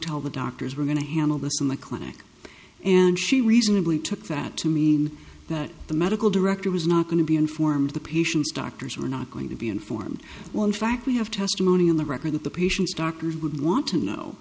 tell the doctors we're going to handle this in the clinic and she reasonably took that to mean that the medical director was not going to be informed the patients doctors were not going to be informed one fact we have testimony on the record that the patient's doctors would want to know